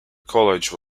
college